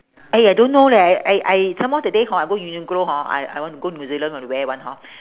!aiya! don't know leh I I I some more that day hor I go uniqlo hor I I want to go to new zealand want to wear [one] hor